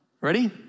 Ready